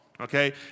Okay